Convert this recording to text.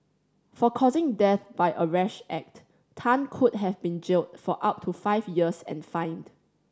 for causing death by a rash act Tan could have been jailed for up to five years and fined